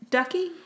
Ducky